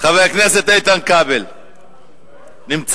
חבר הכנסת איתן כבל, נמצא?